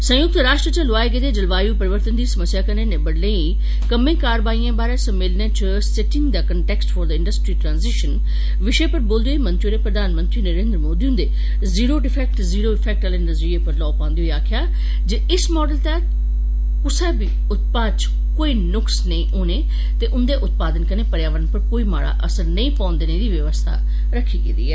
संयुक्त राश्ट्र च लोआए गेदे जलवायु परिवर्तन दी समस्या कन्नै निबड़ने लेई कम्मै कारवाइएं बारे सम्मेलने च setting the context for the industry transition विषय पर बोलदे होई मंत्री होरें प्रधानमंत्री नरेन्द्र मोदी हुंदे ज़ीरो डिफैक्ट ज़ीरो अफैक्ट आले नजरिए पर लोह पांदे होइ आक्खेआ जे इस माडल तैह्त कुसै बी उत्पाद च कोई नुक्स नेईं हाने ते उंदे उत्पादन कन्नै पर्यावरण पर कोई माड़ा असर नेईं पौने दी बवस्था रखी गेदी ऐ